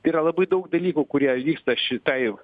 tai yra labai daug dalykų kurie įvyksta šitai